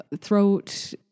throat